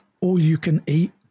all-you-can-eat